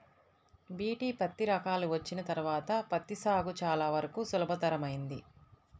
BT పత్తి రకాలు వచ్చిన తర్వాత పత్తి సాగు చాలా వరకు సులభతరమైంది